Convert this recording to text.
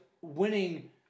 winning